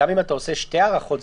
גם אם אתה עושה שתי הארכות,